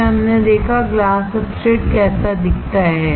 फिर हमने देखा ग्लास सब्सट्रेटglass substrate0 कैसा दिखता है